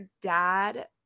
dad